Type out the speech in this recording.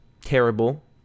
terrible